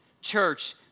Church